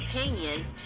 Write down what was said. opinion